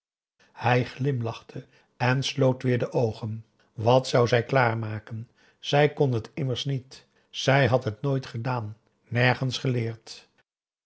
hij glimlachte en sloot weer de oogen wat zou zij klaarmaken zij kon het immers niet zij had het nooit gedaan nergens geleerd